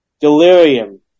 delirium